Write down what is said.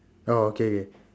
oh okay okay